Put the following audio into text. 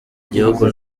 igihugu